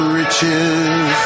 riches